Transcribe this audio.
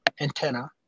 antenna